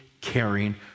caring